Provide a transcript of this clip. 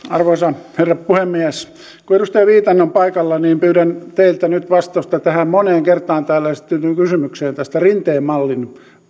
arvoisa herra puhemies kun edustaja viitanen on paikalla niin pyydän teiltä nyt vastausta tähän moneen kertaan täällä esitettyyn kysymykseen rinteen mallin